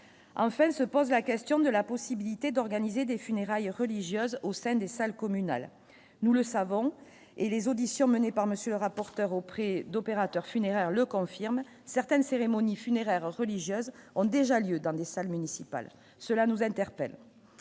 enfin, se pose la question de la possibilité d'organiser des funérailles religieuses au sein des salles communales, nous le savons et les auditions menées par monsieur le rapporteur auprès d'opérateurs funéraires le confirme certaines cérémonies funéraires religieuses ont déjà lieu dans des salles municipales, cela nous interpelle